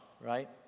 right